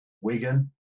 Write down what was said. Wigan